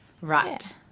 Right